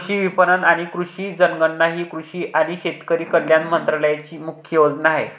कृषी विपणन आणि कृषी जनगणना ही कृषी आणि शेतकरी कल्याण मंत्रालयाची मुख्य योजना आहे